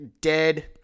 dead